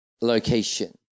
location